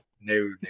No